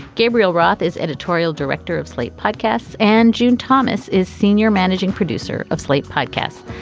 gabriel roth is editorial director of slate podcasts and june thomas is senior managing producer of slate podcast.